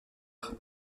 faire